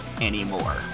anymore